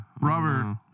Robert